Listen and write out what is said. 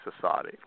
society